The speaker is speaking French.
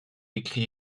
écrit